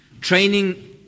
training